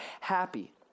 happy